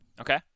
Okay